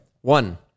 One